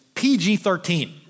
PG-13